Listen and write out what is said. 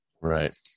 Right